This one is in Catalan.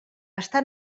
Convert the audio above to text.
està